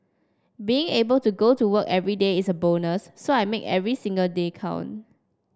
being able to go to work everyday is a bonus so I make every single day count